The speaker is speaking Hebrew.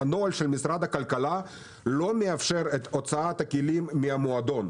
הנוהל של משרד הכלכלה לא מאפשר את הוצאת הכלים מהמועדון.